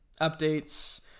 updates